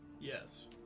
Yes